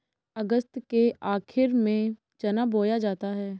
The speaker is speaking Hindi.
अगस्त के आखिर में चना बोया जाता है